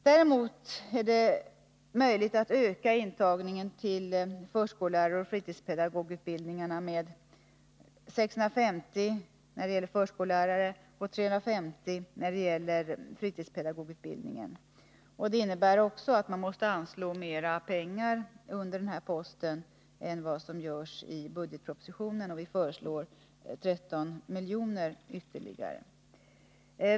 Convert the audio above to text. Det är däremot möjligt att öka intagningen till förskolläraroch fritidspedagogutbildningarna med 650 resp. 350 elever. Det innebär att ytterligare medel måste anslås under denna post i budgeten, och vi föreslår en ökning med 13 miljoner.